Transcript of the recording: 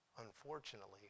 Unfortunately